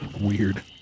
Weird